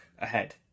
ahead